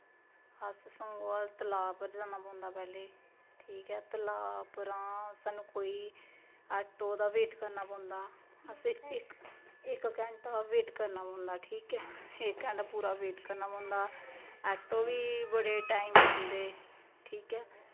अस संगोआल तलाऽ पर जाना पौैंदा पैह्ले ठीक ऐ तलाऽ पर हां स्हानू कोई ऐट्टो दा वेट करना पौंदा असें इक घैंटा वेट करना पौंदा ठीक ऐ इक घैंटा पूरा वेट करना पौंदा ऐट्टो बी बड़ा टैम लांदे ठीक ऐ